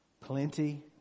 plenty